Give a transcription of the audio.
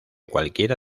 cualquiera